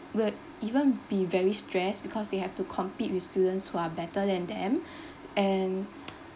will even be very stressed because they have to compete with students who are better than them and